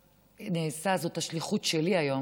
זאת השליחות שלי היום,